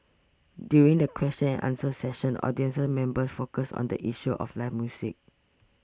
during the question and answer session audience members focused on the issue of live music